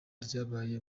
ryabaye